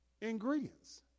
ingredients